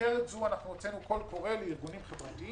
במסגרת הזו הוצאנו קול קורא לארגונים חברתיים,